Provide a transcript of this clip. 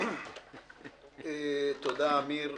תודה, עמיר.